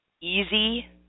easy